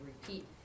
repeat